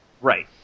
Right